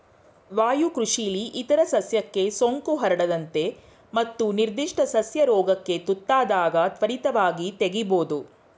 ವಾಯುಕೃಷಿಲಿ ಇತರ ಸಸ್ಯಕ್ಕೆ ಸೋಂಕು ಹರಡದಂತೆ ಮತ್ತು ನಿರ್ಧಿಷ್ಟ ಸಸ್ಯ ರೋಗಕ್ಕೆ ತುತ್ತಾದಾಗ ತ್ವರಿತವಾಗಿ ತೆಗಿಬೋದು